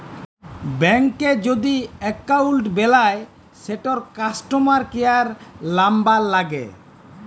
ব্যাংকে যদি এক্কাউল্ট বেলায় সেটর কাস্টমার কেয়ার লামবার ল্যাগে